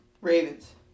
Ravens